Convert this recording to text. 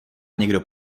někdo